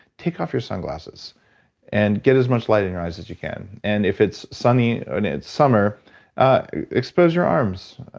take off your sunglasses and get as much light in your eyes as you can. and if it's sunny and it's summer expose your arms.